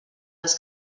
els